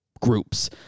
groups